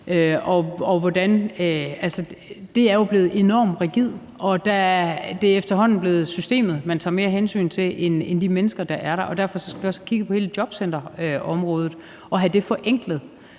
Det er jo blevet enormt rigidt, og det er efterhånden blevet systemet, man tager mere hensyn til, end de mennesker, der er der. Derfor skal vi også have kigget på hele jobcenterområdet og have det forenklet.